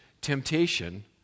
temptation